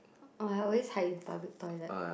I always hide in public toilet